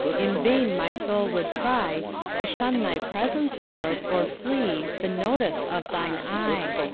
in vain my soul would try to shun thy presence, lord, or flee the notice of thine eye.